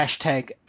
hashtag